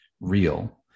real